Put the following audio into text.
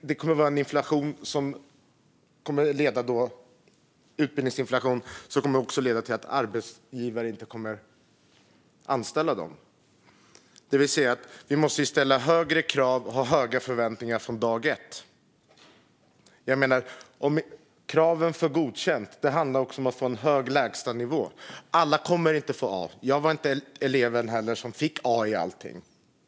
Det kommer att bli en utbildningsinflation som kommer att leda till att arbetsgivare inte anställer dem. Vi måste ställa högre krav och ha höga förväntningar från dag ett. Kraven för godkänt handlar också om att få en hög lägstanivå. Alla kommer inte att få A. Jag var inte heller en elev som fick A i allting.